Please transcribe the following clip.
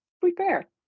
Prepare